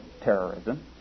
terrorism